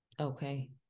okay